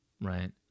Right